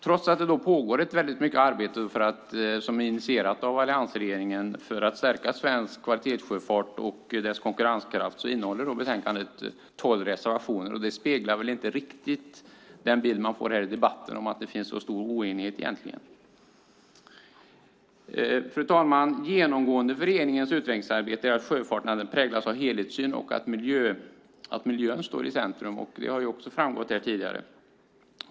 Trots att mycket arbete pågår - ett arbete som är initierat av alliansregeringen - för att stärka svensk kvalitetssjöfart och dess konkurrenskraft innehåller betänkandet tolv reservationer. Det speglar väl inte riktigt den bild man får här i debatten av att det finns en stor oenighet. Fru talman! Genomgående för regeringens utvecklingsarbete gäller att sjöfarten präglas av en helhetssyn och av att miljön står i centrum, vilket tidigare framgått här.